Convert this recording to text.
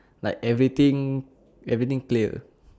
like everything everything clear